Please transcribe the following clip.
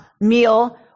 meal